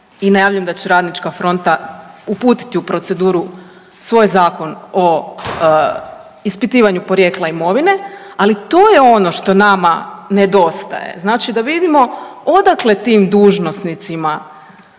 i najavljujem da će Radnička fronta uputiti u proceduru svoj zakon o ispitivanju porijekla imovine. Ali to je ono što nama nedostaje. Znači, da vidimo odakle tim dužnosnicima